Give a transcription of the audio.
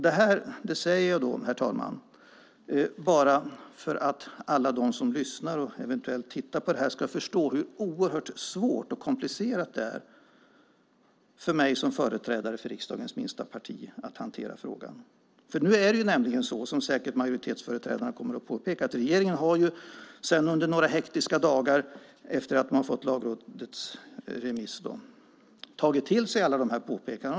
Det här säger jag, herr talman, bara för att alla de som lyssnar och eventuellt tittar på det här ska förstå hur oerhört svårt och komplicerat det är för mig som företrädare för riksdagens minsta parti att hantera frågan. Nu är det nämligen så, som majoritetsföreträdarna säkert kommer att påpeka, att regeringen under några hektiska dagar efter att man fått Lagrådets remiss tagit till sig alla de här påpekandena.